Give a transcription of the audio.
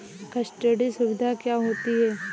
Custody सुविधा क्या होती है?